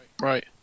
Right